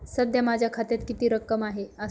सध्या माझ्या खात्यात किती रक्कम आहे?